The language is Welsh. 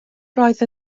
roedd